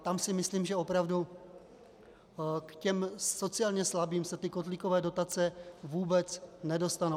Tam si myslím, že opravdu k sociálně slabým se kotlíkové dotace vůbec nedostanou.